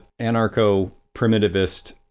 anarcho-primitivist